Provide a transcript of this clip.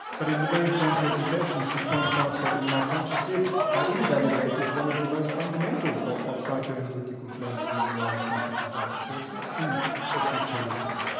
but in the very same presentation she points out that in my conscious id i invalidated one of the most fundamental of of psychoanalytical claims using neuroscientific data, so it's not true that we carry pick.